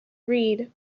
read